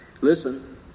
Listen